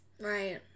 right